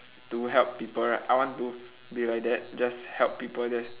to help people right I want to be like that just help people just